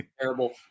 terrible